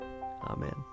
Amen